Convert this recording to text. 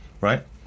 right